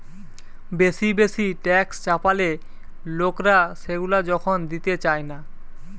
বেশি বেশি ট্যাক্স চাপালে লোকরা সেগুলা যখন দিতে চায়না